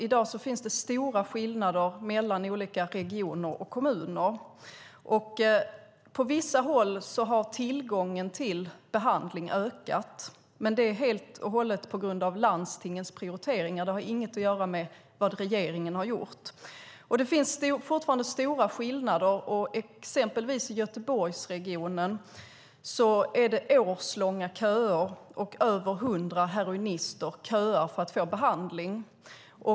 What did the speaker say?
I dag finns stora skillnader mellan olika regioner och kommuner. På vissa håll har tillgången till behandling ökat. Det är helt och hållet tack vare landstingens prioriteringar. Det har inget att göra med vad regeringen har gjort. Det finns fortfarande stora skillnader. I exempelvis Göteborgsregionen är det årslånga köer, och över hundra heroinister köar för behandling.